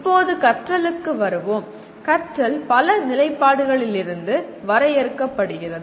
இப்போது கற்றலுக்கு வருவோம் கற்றல் பல நிலைப்பாடுகளிலிருந்து வரையறுக்கப்படுகிறது